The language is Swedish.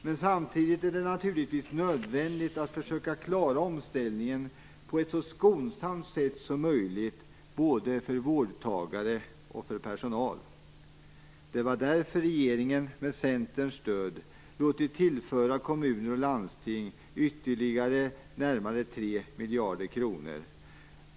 Men samtidigt är det naturligtvis nödvändigt att försöka klara omställningen på ett så skonsamt sätt som möjligt både för vårdtagare och för personal. Det är därför regeringen med Centerns stöd låtit tillföra kommuner och landsting ytterligare närmare 3 miljarder kronor.